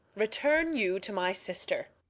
return you to my sister.